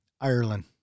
Ireland